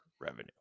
revenue